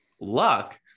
luck